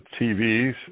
TVs